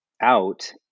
out